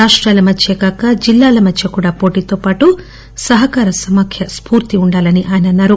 రాష్టాల మధ్యే గాక జిల్లాల మధ్య కూడా పోటీతోపాటు సహకార సమాఖ్య స్ఫూర్తి ఉండాలని ఆయన అన్నారు